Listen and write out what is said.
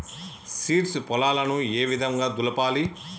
Seeds పొలాలను ఏ విధంగా దులపాలి?